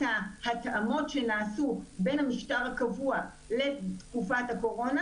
ההתאמות שנעשו בין המשטר הקבוע לתקופת הקורונה